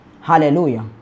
Hallelujah